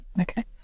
okay